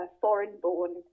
foreign-born